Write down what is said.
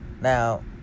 Now